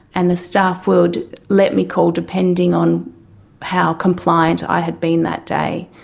and the staff would let me call, depending on how compliant i had been that day.